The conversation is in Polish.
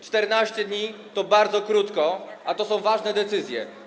14 dni to bardzo krótko, a to są ważne decyzje.